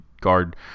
guard